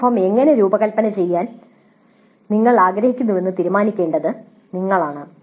survey form എങ്ങനെ രൂപകൽപ്പന ചെയ്യാൻ നിങ്ങൾ ആഗ്രഹിക്കുന്നുവെന്ന് തീരുമാനിക്കേണ്ടത് നിങ്ങളാണ്